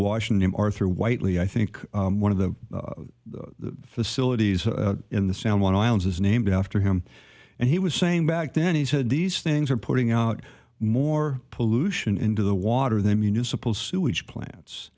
washington arthur whitely i think one of the facilities in the san juan islands is named after him and he was saying back then he said these things are putting out more pollution into the water than municipal sewage plants